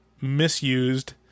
misused